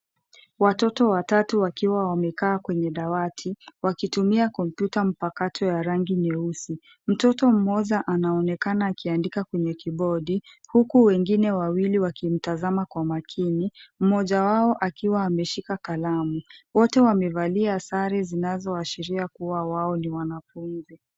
Watoto watatu wakiwa wamekaa kwenye dawati wakitumia kompyuta mpakato ya rangi nyeusi. Mtoto mmoja anaonekana akiandika kwenye keyboadi huku wengine wawili wakimtazama kwa makini; mmoja wao akiwa ameshika kalamu. Wote wamevalia sare zinazoashiria kuwa wao ni wanafunzi.